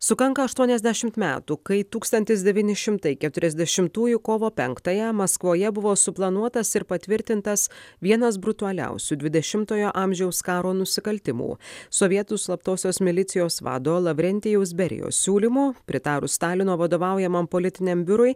sukanka aštuoniasdešimt metų kai tūkstantis devyni šimtai keturiasdešimtųjų kovo penktąją maskvoje buvo suplanuotas ir patvirtintas vienas brutaliausių dvidešimtojo amžiaus karo nusikaltimų sovietų slaptosios milicijos vado lavrentijaus berijos siūlymu pritarus stalino vadovaujamam politiniam biurui